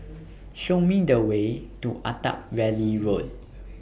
Show Me The Way to Attap Valley Road